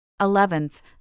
Eleventh